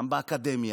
גם באקדמיה,